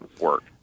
work